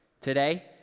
Today